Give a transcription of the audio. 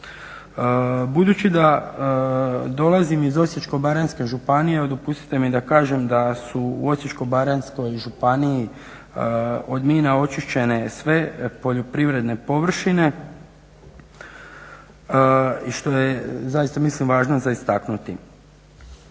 Budući da dolazim iz Osječko-baranjske županije, evo dopustite mi da kažem da su u Osječko-baranjskoj županiji od mina očišćene sve poljoprivredne površine i što je zaista mislim važno za istaknuti.